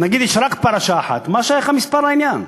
נגיד שיש רק פרשה אחת, מה שייך המספר לעניין?